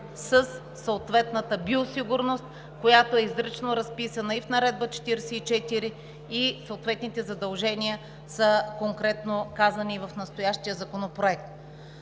със съответната биосигурност, която е изрично разписана в Наредба № 44. Съответните задължения са конкретно казани в настоящия законопроект.